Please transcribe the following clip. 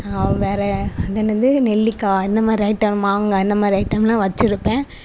வேறு அது என்னது நெல்லிக்காய் இந்த மாதிரி ஐட்டம் மாங்காய் இந்த மாதிரி ஐட்டமெலாம் வச்சிருப்பேன்